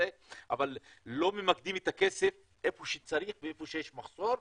אך לא ממקדים את הכסף היכן שיש מחסור.